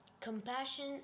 compassion